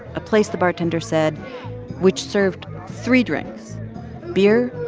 a place the bartender said which served three drinks beer,